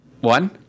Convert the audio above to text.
one